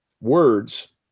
words